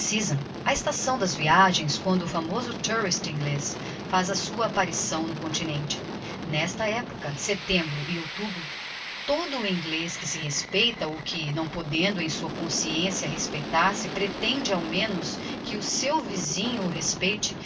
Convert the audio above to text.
a estação das viagens quando o famoso touriste inglez faz a sua apparição no continente n'esta epoca setembro e outubro todo o inglez que se respeita ou que não podendo em sua consciencia respeitar se pretende ao menos que o seu visinho o respeite